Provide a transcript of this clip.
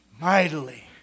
mightily